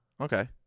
Okay